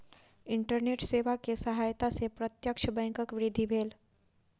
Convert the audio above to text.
internet सेवा के सहायता से प्रत्यक्ष बैंकक वृद्धि भेल